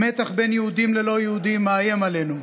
המתח בין יהודים ללא יהודים מאיים עלינו.